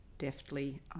deftly